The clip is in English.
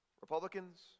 Republicans